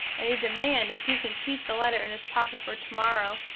and he demand if he can keep the letter in his pocket for tomorrow,